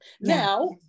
now